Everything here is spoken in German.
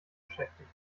beschäftigt